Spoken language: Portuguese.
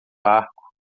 barco